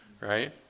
right